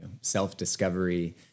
self-discovery